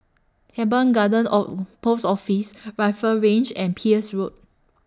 Teban Garden of Post Office Rifle Range and Peirce Road